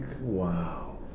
Wow